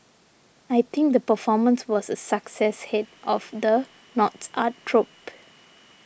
I think the performance was a success head of the North's art troupe